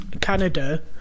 Canada